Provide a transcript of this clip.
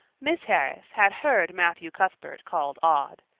miss harris had heard matthew cuthbert called odd.